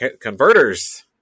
Converters